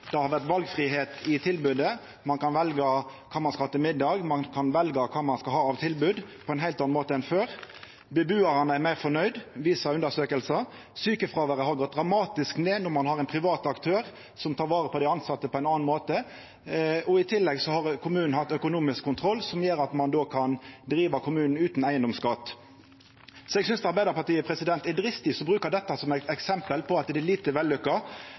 Det har vore valfridom i tilbodet: Ein kan velja kva ein skal ha til middag, og ein kan velja kva ein skal ha av tilbod, på ein heilt annan måte enn før. Bebuarane er meir fornøgde, viser undersøkingar. Sjukefråværet har gått dramatisk ned med ein privat aktør som tek vare på dei tilsette på ein annan måte. I tillegg har kommunen hatt økonomisk kontroll, noko som gjer at ein kan driva kommunen utan eigedomsskatt. Eg synest Arbeidarpartiet er dristig som bruker dette som eksempel på at det er lite